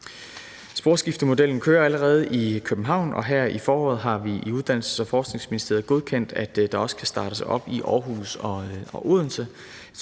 Sporskiftemodellen kører allerede i København, og her i foråret har vi i Uddannelses- og Forskningsministeriet godkendt, at der også kan startes op i Aarhus og Odense.